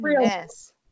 Yes